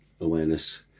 awareness